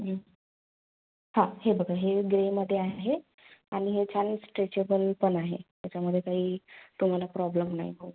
हा हा हे बघा हे ग्रेमध्ये आहे आणि हे छान स्ट्रेचेबल पण आहे ह्याच्यामध्ये काही तुम्हाला प्रॉब्लेम नाही हो